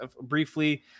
briefly